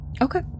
Okay